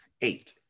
Eight